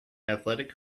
athletic